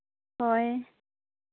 ᱦᱳᱭ